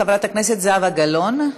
חברת הכנסת זהבה גלאון,